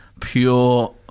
pure